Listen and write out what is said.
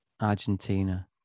Argentina